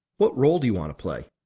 what role do you want to play?